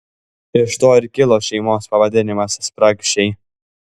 iš to ir kilo šeimos pavadinimas spragšiai